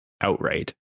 outright